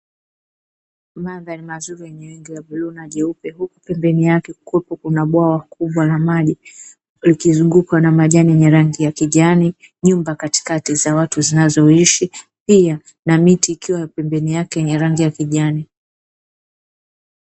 Mandhari mazuri yenye rangi ya bluu na nyupe huku pembeni yake kukiwepo na bwawa kubwa la maji likizungwa na majani yenye rangi ya kijani nyumba katika za watu zinazoishi pia na miti ikiwa pembeni yake yenye rangi ya kijani.